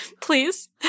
please